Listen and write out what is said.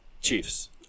Chiefs